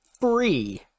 free